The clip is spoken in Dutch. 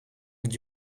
het